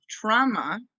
trauma